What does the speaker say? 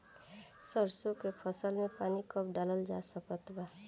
सरसों के फसल में पानी कब डालल जा सकत बा?